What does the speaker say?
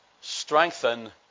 strengthen